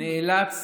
נאלץ